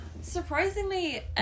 surprisingly